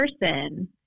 person